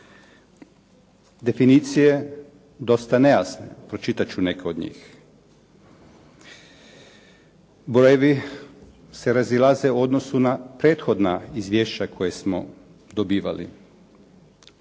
Definicije dosta nejasne. Pročitat ću neke od njih. Brojevi se razilaze u odnosu na prethodna izvješća koja smo dobivali.